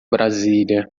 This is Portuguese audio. brasília